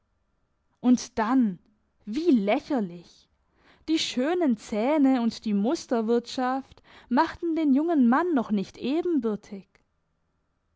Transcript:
und dann wie lächerlich die schönen zähne und die musterwirtschaft machten den jungen mann noch nicht ebenbürtig